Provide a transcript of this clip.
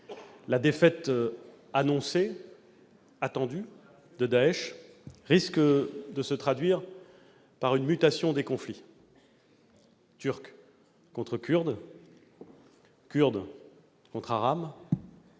la défaite attendue de Daech risque de se traduire par une mutation des conflits : Turcs contre Kurdes, Kurdes contre Arabes,